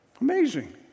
Amazing